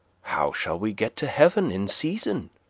how shall we get to heaven in season?